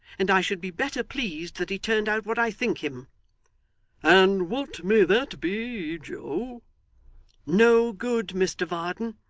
and i should be better pleased that he turned out what i think him and what may that be, joe no good, mr varden.